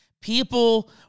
People